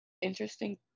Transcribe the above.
interesting